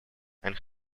and